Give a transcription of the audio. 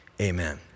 amen